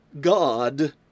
God